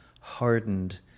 hardened